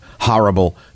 horrible